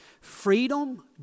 Freedom